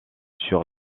sur